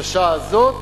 בשעה הזאת